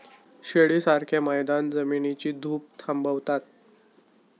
शिडीसारखे मैदान जमिनीची धूप थांबवते